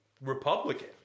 Republican